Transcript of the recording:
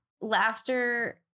laughter